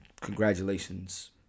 Congratulations